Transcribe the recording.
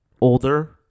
older